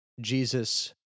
Jesus